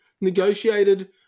negotiated